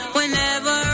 Whenever